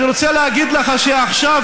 אני רוצה להגיד לך שעכשיו,